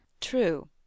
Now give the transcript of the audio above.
True